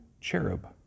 cherub